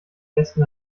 westen